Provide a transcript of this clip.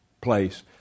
place